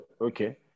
okay